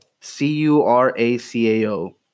C-U-R-A-C-A-O